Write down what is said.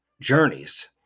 journeys